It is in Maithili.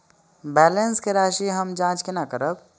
बैलेंस के राशि हम जाँच केना करब?